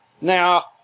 now